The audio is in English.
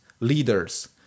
leaders